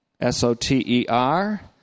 s-o-t-e-r